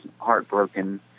heartbroken